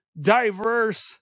diverse